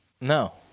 No